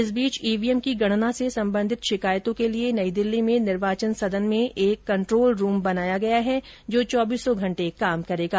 इस बीच E V M की गणना से संबंधित शिकायतों के लिए नई दिल्ली में निर्वाचन सदन में एक कंट्रोल रूम बनाया गया है जो चौबीसों घंटे काम करेगा